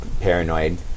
paranoid